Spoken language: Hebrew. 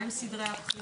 מהם סדרי הבחירות.